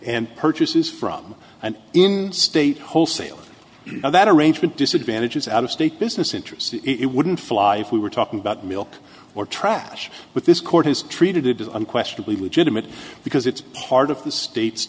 and purchases from an in state wholesalers that arrangement disadvantages out of state business interests it wouldn't fly we were talking about milk or trash but this court has treated it as unquestionably legitimate because it's part of the state